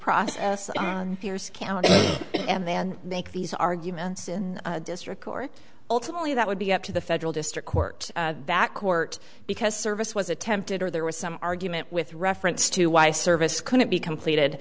process pierce county and then make these arguments in a district court ultimately that would be up to the federal district court back court because service was attempted or there was some argument with reference to why service couldn't be completed